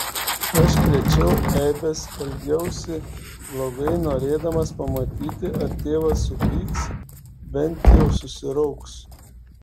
aš krėčiau eibes elgiausi blogai norėdamas pamatyti ar tėvas supyks bent jau susirauks